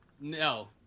No